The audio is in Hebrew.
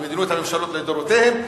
במדיניות הממשלות לדורותיהן.